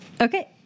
Okay